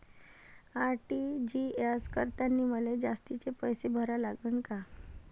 RTGS करतांनी मले जास्तीचे पैसे भरा लागन का?